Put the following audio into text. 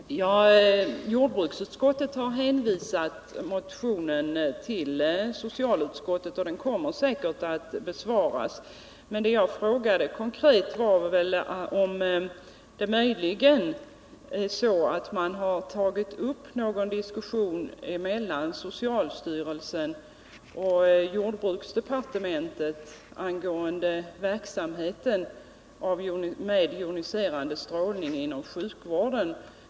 Fru talman! Ja, jordbruksutskottet har hänvisat motionen till socialutskottet, och den kommer säkert att behandlas. Men vad jag frågade konkret var om det möjligen är så att mar har tagit upp någon diskussion mellan socialstyrelsen och jordbruksdepartementet angående joniserande strålning inom sjukvården.